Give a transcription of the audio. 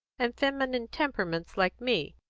and feminine temperaments like me,